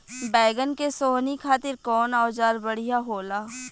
बैगन के सोहनी खातिर कौन औजार बढ़िया होला?